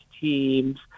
teams